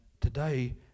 Today